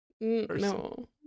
No